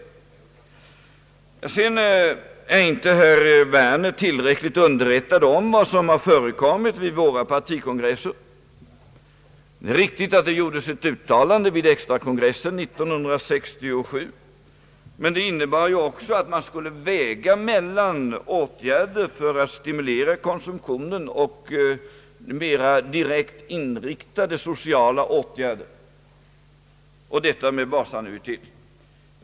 Herr Werner är inte tillräckligt underrättad om vad som har förekommit vid våra partikongresser. Det är riktigt att det gjordes ett uttalande vid den extra kongressen år 1967, men det innebar ju också att man skulle väga mellan åtgärder för att stimulera konsumtionen och mera direkt inriktade sociala åtgärder.